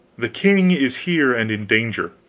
the king is here and in danger.